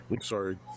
Sorry